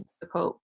difficult